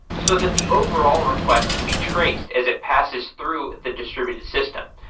so that the overall request can be traced as it passes through the distributed system.